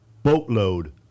boatload